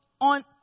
on